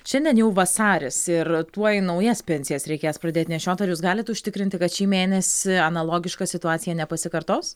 šiandien jau vasaris ir tuoj naujas pensijas reikės pradėti nešiot ar jus galit užtikrinti kad šį mėnesį analogiška situacija nepasikartos